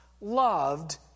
loved